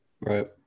Right